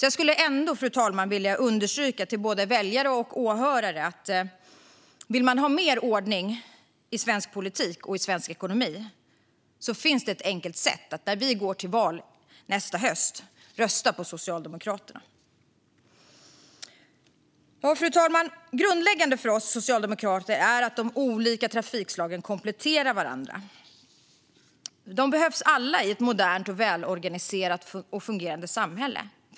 Jag skulle vilja understryka, fru talman, för både väljare och åhörare att vill man ha mer ordning i svensk politik och svensk ekonomi finns det ett enkelt sätt, och det är att rösta på Socialdemokraterna när vi går till val nästa höst. Fru talman! Grundläggande för oss socialdemokrater är att de olika trafikslagen kompletterar varandra. De behövs alla i ett modernt, välorganiserat och fungerande samhälle.